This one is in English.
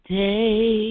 day